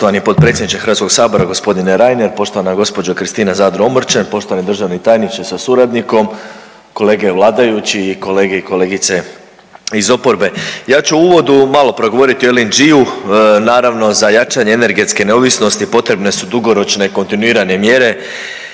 Poštovani potpredsjedniče Hrvatskog sabora, gospodine Reiner, poštovana gospođo Kristina Zadro-Omrčen, poštovani državni tajniče sa suradnikom, kolege vladajući i kolege i kolegice iz oporbe. Ja ću u uvodu malo progovoriti o LNG-u naravno za jačanje energetske neovisnosti potrebne su dugoročne kontinuirane mjere